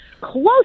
close